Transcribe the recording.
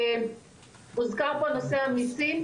הוזכר פה נושא המיסים,